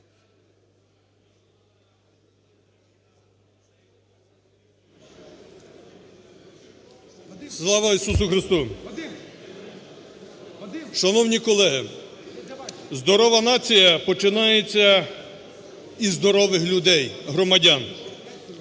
Слава Ісусу Христу! Шановні колеги! Здорова нація починається із здорових людей, громадян.